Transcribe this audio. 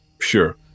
Sure